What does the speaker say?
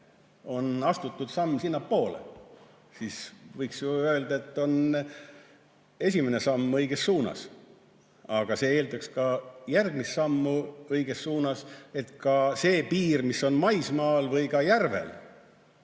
on astutud samm sinnapoole, siis võiks ju öelda, et on tehtud esimene samm õiges suunas. Aga see eeldaks ka järgmist sammu õiges suunas, ka selle piiriga, mis on maismaal või järvedel.